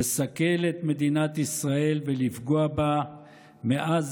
לסכל את מדינת ישראל ולפגוע בה מאז